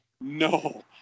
No